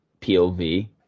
POV